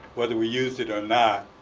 whether we use it or not,